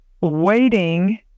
waiting